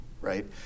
right